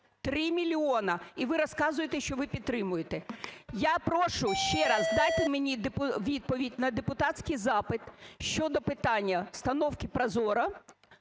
3 мільйони! І ви розказуєте, що ви підтримуєте. Я прошу ще раз, дайте мені відповідь на депутатський запит щодо питання установки ProZorro